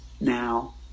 now